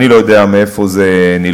אני לא יודע מאיפה זה נלקח,